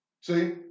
See